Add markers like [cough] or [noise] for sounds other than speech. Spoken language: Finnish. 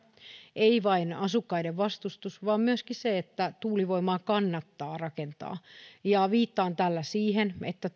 ei vain asukkaiden vastustus vaan myöskin se että tuulivoimaa kannattaa rakentaa viittaan tällä siihen että [unintelligible]